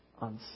on